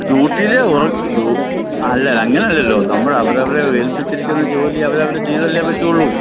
ഡ്യൂട്ടീൽ ഉറക്കം ഡൂ അല്ല അങ്ങനല്ലല്ലോ നമ്മൾ അവരവരെ ഏൽപ്പിച്ചിരിക്കുന്ന ജോലി അവരവർ ചെയ്തല്ലേ പറ്റുള്ളൂ